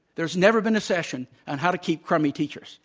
there has never been a session on how to keep crummy teachers.